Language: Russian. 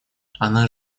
она